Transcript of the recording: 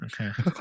Okay